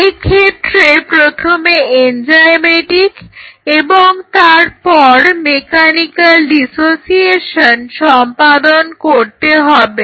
এক্ষেত্রে প্রথমে এনজাইমেটিক এবং তারপর মেকানিকাল ডিসোসিয়েশন সম্পাদন করতে হবে